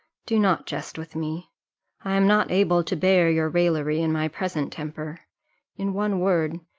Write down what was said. do not jest with me i am not able to bear your raillery in my present temper in one word,